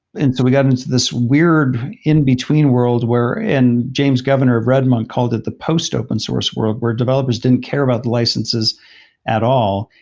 and so we got and this weird in-between world where and james, governor or redmonk, called it the post open source world, where developers didn't care about the licenses at all.